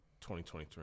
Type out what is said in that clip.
2023